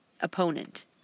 opponent